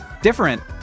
different